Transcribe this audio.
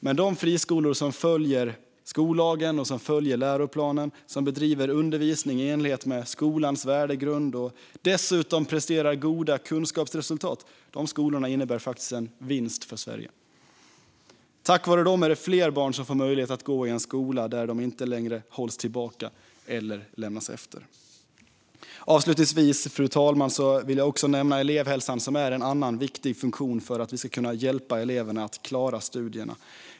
Men de friskolor som följer skollagen och läroplanen, bedriver undervisning i enlighet med skolans värdegrund och dessutom presterar goda kunskapsresultat innebär en vinst för Sverige. Tack vare dem är det fler barn som får möjlighet att gå i en skola där de inte längre hålls tillbaka eller lämnas efter. Fru talman! Jag vill avslutningsvis också nämna elevhälsan, som är en annan viktig funktion för att vi ska kunna hjälpa eleverna att klara studierna.